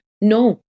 No